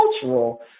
cultural